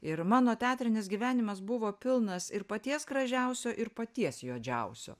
ir mano teatrinis gyvenimas buvo pilnas ir paties gražiausio ir paties juodžiausio